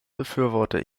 befürworte